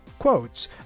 Quotes